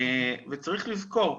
וצריך לזכור,